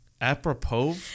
apropos